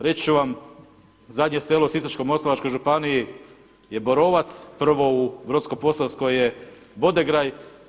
Reći ću vam zadnje selo u Sisačko-moslavačkoj županiji je Borovac, prvo u Brodsko-posavskoj je Bodegrajd.